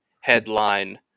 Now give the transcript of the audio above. headline